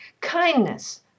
kindness